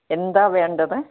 എന്താണ് വേണ്ടത്